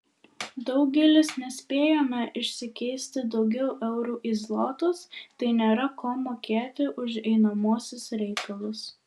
daugelis nespėjome išsikeisti daugiau eurų į zlotus tai nėra kuo mokėti už einamuosius reikalus